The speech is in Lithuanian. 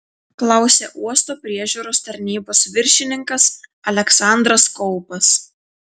klausė uosto priežiūros tarnybos viršininkas aleksandras kaupas